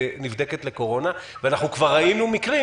ונבדקת לקורונה, ואנחנו כבר ראינו מקרים